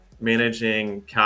managing